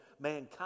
mankind